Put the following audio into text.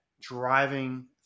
driving